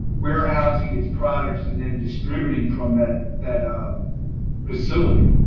warehousing its products and then distributing from that that um facility.